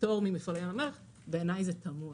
פטור ממפעלי ים המלח בעיניי זה תמוה.